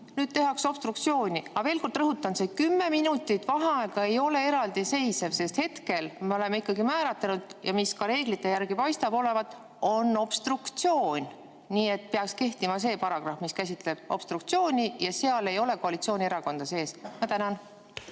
vastu tehakse obstruktsiooni. Ma veel kord rõhutan, et see kümme minutit vaheaega ei ole eraldiseisev, sest hetkel me oleme ikkagi määratlenud ja ka reeglite järgi paistab nii olevat, [et meil] on obstruktsioon. Nii et peaks kehtima see paragrahv, mis käsitleb obstruktsiooni, ja seal ei ole koalitsioonierakonda sees. Aitäh!